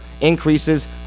increases